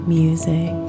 music